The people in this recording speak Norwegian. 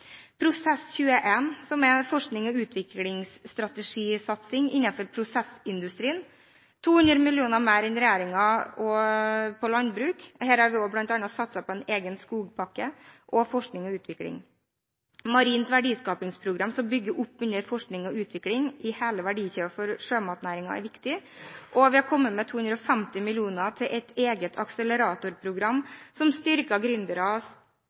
Prosess 21, som er en forsknings- og utviklingsstrategisatsing innenfor prosessindustrien. Vi bevilger 200 mill. kr mer enn regjeringen til landbruket. Her har vi bl.a. også satset på en egen skogpakke og på forskning og utvikling. Vi satser på et marint verdiskapingsprogram, som bygger opp under forskning og utvikling i hele verdikjeden for sjømatnæringen. Det er viktig. Og vi kommer med 250 mill. kr til et eget akseleratorprogram, som